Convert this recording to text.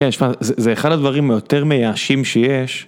כן, זה אחד הדברים היותר מייאשים שיש.